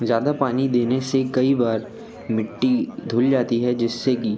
ज़्यादा पानी देने से कई बार मिट्टी धुल जाती है जिससे कि